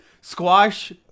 Squash